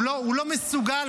הוא לא מסוגל.